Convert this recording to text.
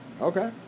Okay